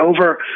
over